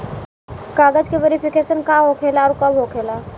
कागज के वेरिफिकेशन का हो खेला आउर कब होखेला?